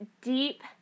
deep